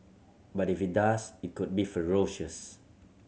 but if it does it could be ferocious